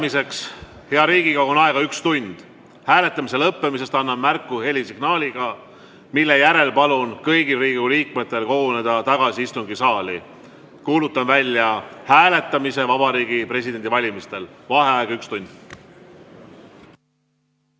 turvaplommiga. Hääletamiseks, hea Riigikogu, on aega üks tund. Hääletamise lõppemisest annan märku helisignaaliga, mille järel palun kõigil Riigikogu liikmetel koguneda tagasi istungisaali. Kuulutan välja hääletamise Vabariigi Presidendi valimistel. Vaheaeg üks tund.V